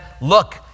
look